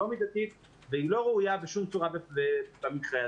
לא מדתית ולא ראויה בשם צורה במקרה הזה.